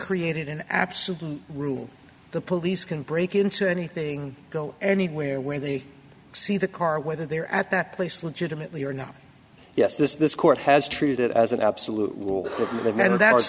created an absolute rule the police can break into anything go anywhere where they see the car whether they're at that place legitimately or not yes this this court has treated it as an absolute war remember that was